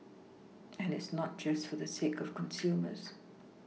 and it's not just for the sake of consumers